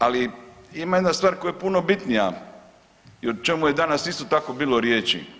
Ali ima jedna stvar koja je puno bitnija i o čemu je danas isto tako bilo riječi.